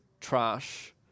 trash